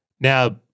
Now